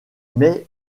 mais